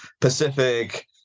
pacific